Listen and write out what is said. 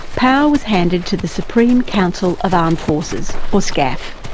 power was handed to the supreme council of armed forces, or scaf,